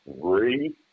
three